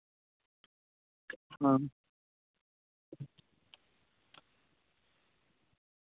ᱚ